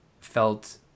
felt